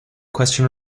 question